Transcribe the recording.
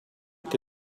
che